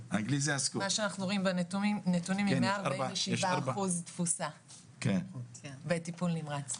מה שאנחנו רואים בנתונים מאה ארבעים ושבעה אחוז תפוסה בטיפול נמרץ.